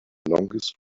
longest